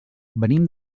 venim